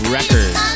Records